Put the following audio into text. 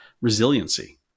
resiliency